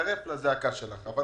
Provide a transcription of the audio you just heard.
מצטרף לזעקה שלך אבל